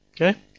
Okay